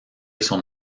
son